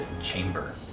chamber